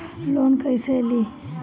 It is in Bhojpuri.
लोन कईसे ली?